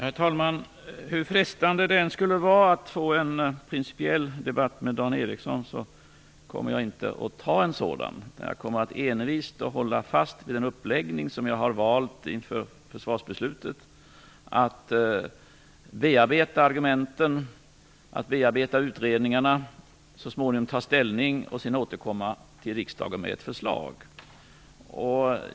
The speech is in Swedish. Herr talman! Hur frestande det än skulle vara att föra en principiell debatt med Dan Ericsson kommer jag inte att ta en sådan. Jag kommer envist att hålla fast vid den uppläggning som jag har valt inför försvarsbeslutet - att bearbeta utredningarna, att bearbeta argumenten, att så småningom ta ställning och sedan återkomma till riksdagen med ett förslag.